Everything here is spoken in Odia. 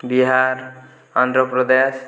ବିହାର ଆନ୍ଧ୍ରପ୍ରଦେଶ